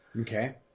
okay